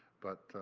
but,